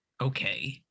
okay